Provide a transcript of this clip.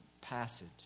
passage